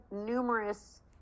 numerous